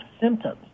symptoms